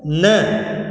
न